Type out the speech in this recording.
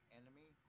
enemy